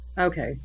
Okay